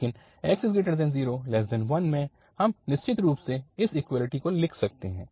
लेकिन 0x1 में हम निश्चित रूप से इस इक्वैलिटी को लिख सकते हैं